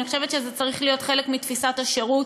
אני חושבת שזה צריך להיות חלק מתפיסת השירות,